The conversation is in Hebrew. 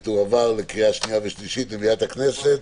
והיא תועבר לקריאה שניה ושלישית במליאת הכנסת